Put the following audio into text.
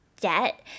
debt